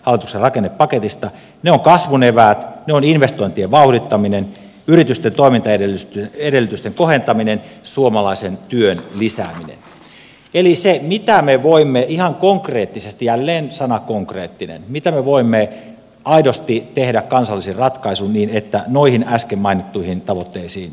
se on kasvun eväät investointien vauhdittaminen yritysten toimintaedellytysten kohentaminen suomalaisen työn lisääminen eli se miten me voimme ihan konkreettisesti jälleen sana konkreettinen miten me voimme aidosti tehdä kansallisen ratkaisun niin että noihin äsken mainittuihin tavoitteisiin pääsisimme